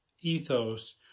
Ethos